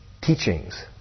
teachings